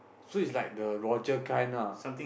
so it's like the Roger kind ah